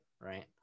Right